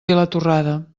vilatorrada